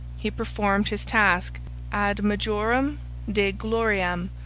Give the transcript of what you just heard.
he performed his task ad majorem dei gloriam,